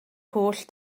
holl